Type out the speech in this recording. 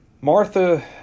Martha